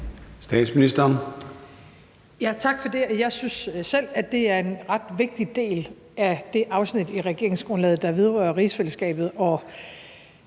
Frederiksen): Tak for det. Jeg synes selv, at det er en ret vigtig del af det afsnit i regeringsgrundlaget, der vedrører rigsfællesskabet, og